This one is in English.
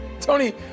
Tony